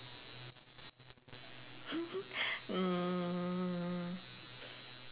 mm